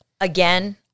again